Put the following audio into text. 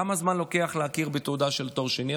כמה זמן לוקח להכיר בתעודה של תואר שני?